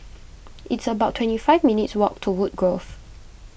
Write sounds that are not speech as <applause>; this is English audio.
<noise> it's about twenty five minutes' walk to Woodgrove